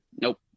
nope